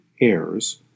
heirs